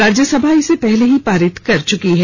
राज्यसभा इसे पहले ही पारित कर चुकी है